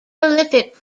prolific